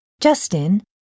Justin